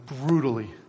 brutally